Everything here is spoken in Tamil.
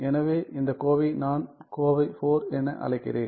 எனவே இந்த கோவையை நான் கோவை IV என அழைக்கப் போகிறேன்